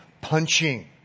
punching